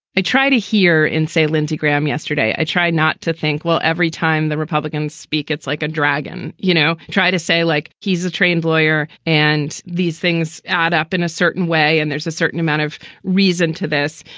i try to hear in, say, lindsey graham yesterday. i tried not to think, well, every time the republicans speak, it's like a dragon, you know, try to say like he's a trained lawyer and these things add up in a certain way. and there's a certain amount of reason to this.